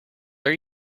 are